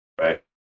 right